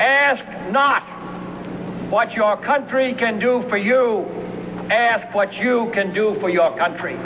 ask not what your country can do for you ask what you can do for your country